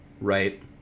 Right